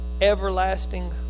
Everlasting